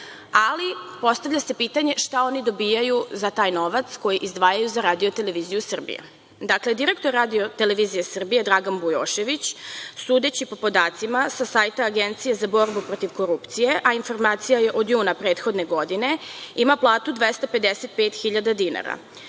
ali postavlja se pitanje - šta oni dobijaju za taj novac koji izdvajaju za Radio televiziju Srbija? Dakle, direktor Radio televizije Srbije Dragan Vujošević, sudeći po podacima sajta Agencije za borbu protiv korupcije, a informacija je od juna prethodne godine, ima platu 255.000 dinara.